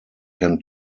can